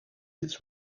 its